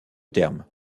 termes